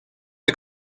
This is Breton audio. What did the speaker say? vez